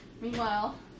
Meanwhile